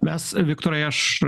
mes viktorai aš